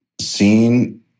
seen